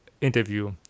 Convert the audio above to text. interview